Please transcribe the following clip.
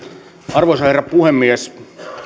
arvoisa herra puhemies